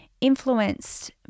influenced